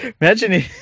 Imagine